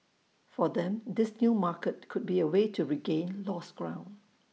for them this new market could be A way to regain lost ground